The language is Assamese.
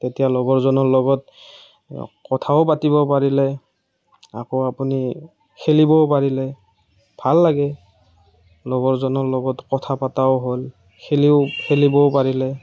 তেতিয়া লগৰজনৰ লগত কথাও পাতিব পাৰিলে আকৌ আপুনি খেলিবও পাৰিলে ভাল লাগে লগৰজনৰ লগত কথা পতাও হ'ল খেলি খেলিবও পাৰিলে